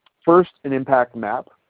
first, an impact map,